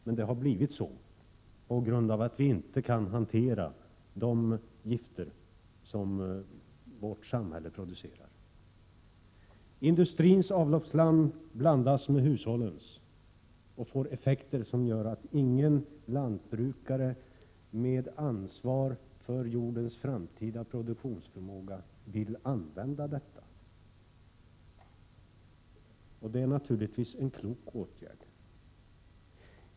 Men det har blivit så på grund av att vi inte kan hantera de gifter som vårt samhälle producerar. Industrins avloppsslam blandas med hushållens och får effekter som gör att ingen lantbrukare med ansvar för jordens framtida produktionsförmåga vill använda detta. Det är naturligtvis en klok åtgärd.